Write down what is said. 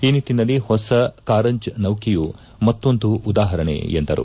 ಈ ನಿಟ್ಟಿನಲ್ಲಿ ಹೊಸ ಕಾರಂಜ್ ನೌಕೆಯು ಮತ್ತೊಂದು ಉದಾಹರಣೆಯಾಗಿದೆ ಎಂದರು